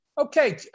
Okay